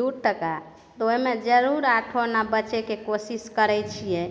दू टका तऽ ओहिमे जरूर आठो अना बचैके कोशिश करैत छियै